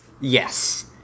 Yes